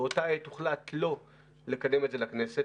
באותה עת הוחלט לא לקדם את זה לכנסת,